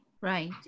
Right